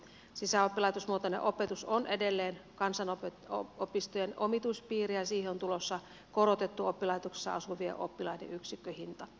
sisäoppilaitosmuotoinen opetus on edelleen kansanopistojen ominaispiirre ja siihen on tulossa korotettu oppilaitoksissa asuvien oppilaiden yksikköhinta